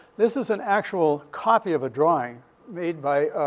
this is an actual copy of a drawing made by